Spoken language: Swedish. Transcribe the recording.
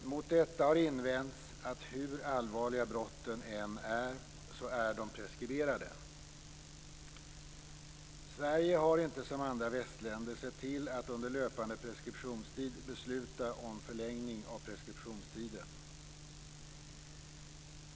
Mot detta har invänts att hur allvarliga brotten än är är de preskriberade. Sverige har inte som andra västländer sett till att under löpande preskriptionstid besluta om förlängning av preskriptionstiden.